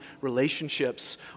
relationships